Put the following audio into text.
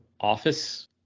office